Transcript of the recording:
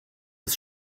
des